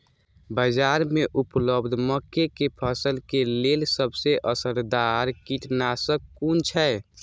बाज़ार में उपलब्ध मके के फसल के लेल सबसे असरदार कीटनाशक कुन छै?